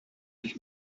ich